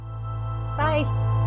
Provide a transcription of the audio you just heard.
bye